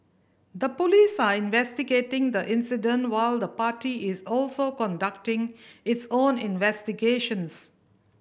the police are investigating the incident while the party is also conducting its own investigations